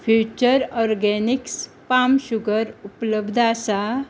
future organics palm sugar उपलब्ध आसा